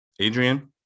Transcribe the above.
Adrian